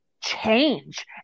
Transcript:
change